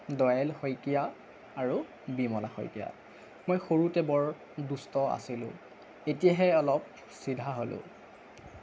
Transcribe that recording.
দয়াল শইকীয়া আৰু বিমলা শইকীয়া মই সৰুতে বৰ দুষ্ট আছিলোঁ এতিয়াহে অলপ চিধা হ'লোঁ